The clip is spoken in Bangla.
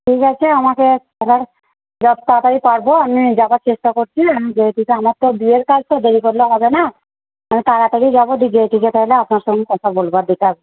ঠিক আছে আমাকে আবার যত তাড়াতাড়ি পারব আমি যাওয়ার চেষ্টা করছি আমার তো বিয়ের কাজ দেরি করলে হবে না আমি তাড়াতাড়ি যাব আপনার সঙ্গে কথা বলব আর দেখে আসব